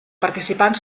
participant